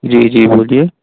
جی جی بولیے